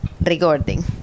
recording